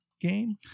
game